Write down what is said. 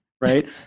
right